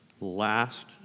Last